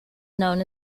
known